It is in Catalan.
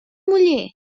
muller